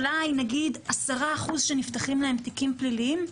אם בקרב היהודים יש אולי נגיד 10% שנפתחים להם תיקים פליליים,